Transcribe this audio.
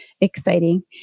exciting